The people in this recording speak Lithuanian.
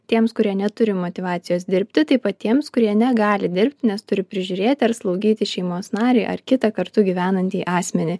tiems kurie neturi motyvacijos dirbti taip pat tiems kurie negali dirbti nes turi prižiūrėti ar slaugyti šeimos narį ar kitą kartu gyvenantį asmenį